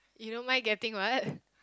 you don't mind getting what